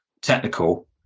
technical